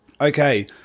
Okay